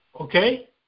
Okay